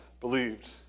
believed